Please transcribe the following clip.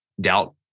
doubt